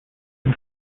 and